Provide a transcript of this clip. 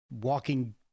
walking